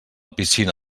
piscina